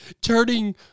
turning